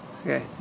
Okay